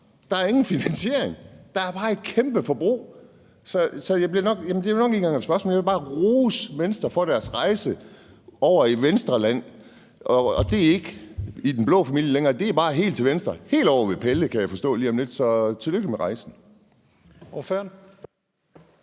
Der er ingen finansiering; der er bare et kæmpe forbrug. Det er nok ikke engang et spørgsmål. Jeg vil bare rose Venstre for deres rejse over i venstreland, og det er ikke i den blå familie længere; det er bare helt til venstre, helt ovre ved Pelle Dragsted lige om lidt, kan jeg forstå. Så tillykke med rejsen.